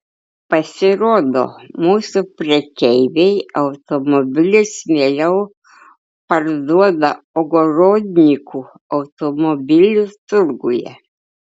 pasirodo mūsų prekeiviai automobilius mieliau parduoda ogorodnikų automobilių turguje